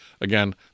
Again